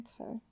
Okay